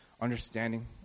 understanding